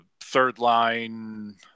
third-line